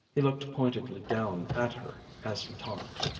he looked pointedly down at her as he talked.